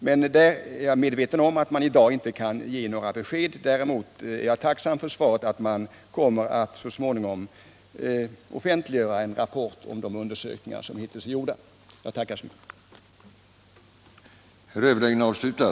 Men där är jag medveten om att man i dag inte kan ge några besked. Däremot är jag tacksam för beskedet att regeringen så småningom kommer att offentliggöra rapporten om de undersökningar som hittills är gjorda. Jag tackar industriministern än en gång.